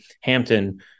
Hampton